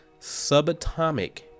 Subatomic